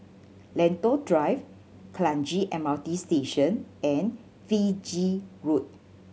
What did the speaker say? Lentor Drive Kranji M R T Station and Fiji Road